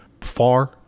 far